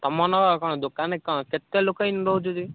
ତୁମମାନଙ୍କ କ'ଣ ଦୋକାନରେ କ'ଣ କେତେ ଲୋକ ଏଇନେ ରହୁଛନ୍ତି